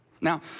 Now